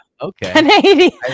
okay